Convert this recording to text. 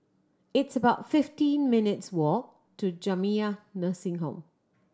it's about fifteen minutes' walk to Jamiyah Nursing Home